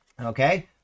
Okay